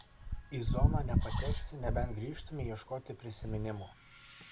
į zoną nepateksi nebent grįžtumei ieškoti prisiminimų